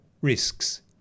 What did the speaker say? risks